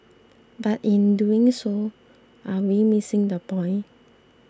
but in doing so are we missing the point